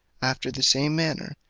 after the same manner,